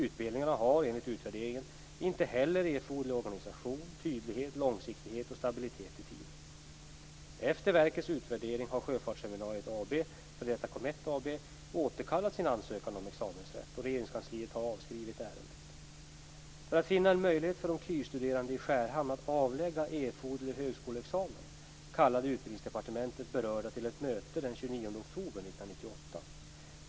Utbildningarna har, enligt utvärderingen, inte heller erforderlig organisation, tydlighet, långsiktighet och stabilitet i tiden. AB återkallat sin ansökan om examensrätt och Regeringskansliet har avskrivit ärendet. För att finna en möjlighet för de KY-studerande i Skärhamn att avlägga erforderlig högskoleexamen kallade Utbildningsdepartementet berörda till ett möte den 29 oktober 1998.